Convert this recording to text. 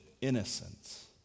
innocence